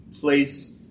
place